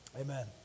amen